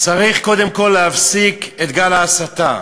צריך קודם כול להפסיק את גל ההסתה.